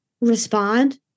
respond